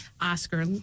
oscar